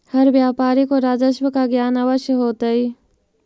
हर व्यापारी को राजस्व का ज्ञान अवश्य होतई